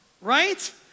right